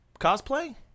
cosplay